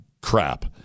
crap